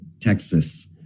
Texas